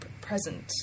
present